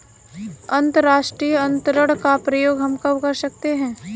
अंतर्राष्ट्रीय अंतरण का प्रयोग हम कब कर सकते हैं?